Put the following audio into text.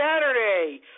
Saturday